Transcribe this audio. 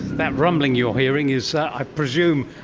that rumbling you're hearing is, i presume,